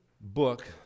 book